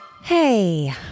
Hey